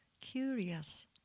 curious